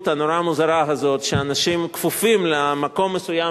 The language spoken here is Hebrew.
הנורא-מוזרה הזאת שאנשים כפופים למקום מסוים,